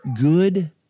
good